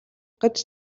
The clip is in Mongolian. гэж